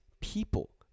people